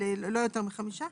לא יותר מחמישה,